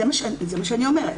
זה מה שאני אומרת.